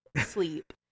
sleep